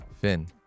Finn